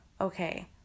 okay